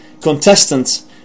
contestants